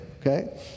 okay